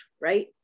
right